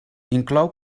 inclou